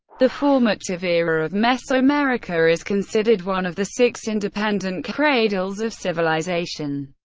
the formative-era of mesoamerica is considered one of the six independent cradles of civilization.